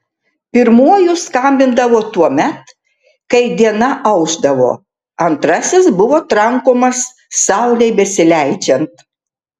pirmuoju skambindavo tuomet kai diena aušdavo antrasis buvo trankomas saulei besileidžiant